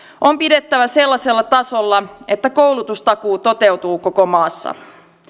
on pidettävä sellaisella tasolla että koulutustakuu toteutuu koko maassa